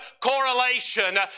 correlation